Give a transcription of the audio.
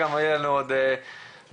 יהיו לנו עוד הזדמנויות.